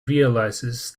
realizes